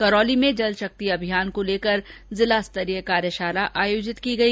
करौली में जल शक्ति अभियान को लेकर जिला स्तरीय कार्यशाला आयोजित की गई